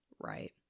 Right